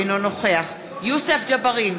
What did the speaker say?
אינו נוכח יוסף ג'בארין,